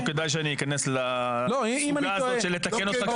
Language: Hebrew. לא כדאי שאני אכנס לסוגה הזאת של לתקן אותך כשאתה טועה.